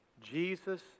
Jesus